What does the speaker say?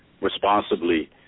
responsibly